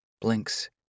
blinks